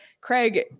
Craig